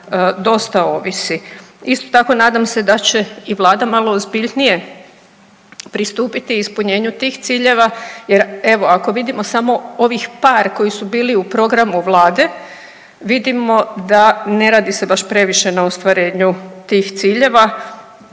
dosta ovisi. Isto tako nadam se da će i vlada malo ozbiljnije pristupiti ispunjenju tih ciljeva jer evo ako vidimo samo ovih par koji su bili u programu vlade vidimo da ne radi se baš previše na ostvarenju tih ciljeva,